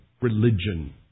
religion